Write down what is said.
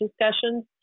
discussions